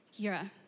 Kira